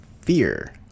fear